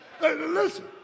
Listen